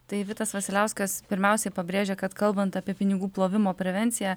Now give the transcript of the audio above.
tai vitas vasiliauskas pirmiausiai pabrėžė kad kalbant apie pinigų plovimo prevenciją